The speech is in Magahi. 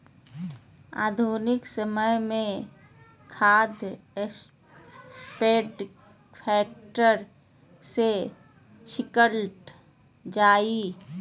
आधुनिक समय में खाद स्प्रेडर के ट्रैक्टर से छिटल जा हई